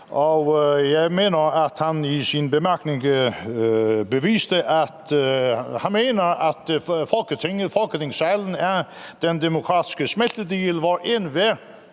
Jeg mener, at han med sine bemærkninger viste, at han mener, at Folketingssalen er den demokratiske smeltedigel, hvor enhver,